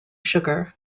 sugar